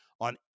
on